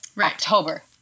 October